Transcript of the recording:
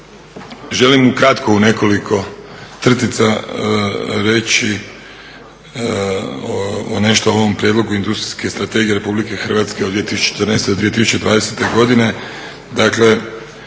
Želim kratko u nekoliko crtica reći nešto o ovom prijedlogu Industrijske strategije Republike Hrvatske od 2014. do 2020. godine.